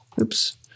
Oops